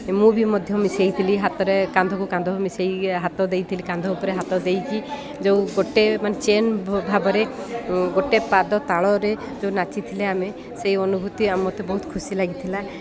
ମୁଁ ବି ମଧ୍ୟ ମିଶାଇ ଥିଲି ହାତରେ କାନ୍ଧକୁ କାନ୍ଧ ମିଶାଇ ହାତ ଦେଇଥିଲି କାନ୍ଧ ଉପରେ ହାତ ଦେଇକି ଯେଉଁ ଗୋଟେ ମାନେ ଚେନ୍ ଭାବରେ ଗୋଟେ ପାଦ ତାଳରେ ଯେଉଁ ନାଚି ଥିଲେ ଆମେ ସେଇ ଅନୁଭୂତି ମୋତେ ବହୁତ ଖୁସି ଲାଗି ଥିଲା